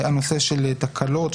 הנושא של תקלות,